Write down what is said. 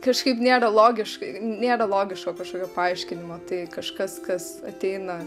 kažkaip nėra logiškai nėra logiško kažkokio paaiškinimo tai kažkas kas ateina